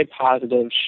positive